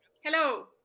Hello